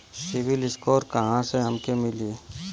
CIBIL score कहाँसे हमके मिली?